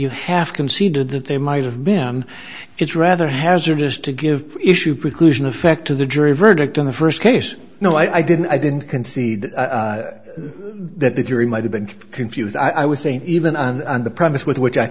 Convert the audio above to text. you have conceded that they might have been it's rather hazardous to give issue preclusion effect to the jury verdict in the first case no i didn't i didn't concede that the jury might have been confused i was saying even on the premise with which i